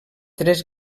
tres